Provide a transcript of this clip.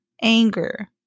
anger